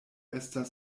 esta